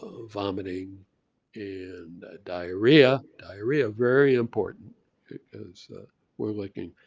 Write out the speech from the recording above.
vomiting and diarrhea. diarrhea very important because we're looking,